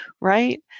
right